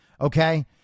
Okay